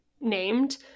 named